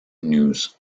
news